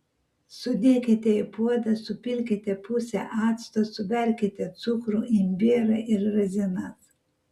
sudėkite į puodą supilkite pusę acto suberkite cukrų imbierą ir razinas